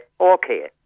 okay